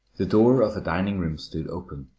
the door of a dining room stood open.